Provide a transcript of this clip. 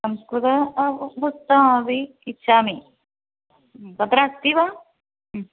संस्कृतं पुस्तकमपि इच्छामि भद्रम् अस्ति वा